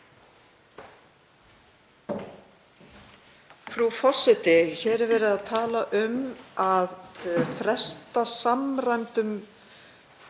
Frú forseti. Hér er verið að tala um að fresta samræmdum